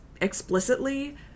explicitly